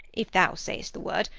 if thou sayst the word,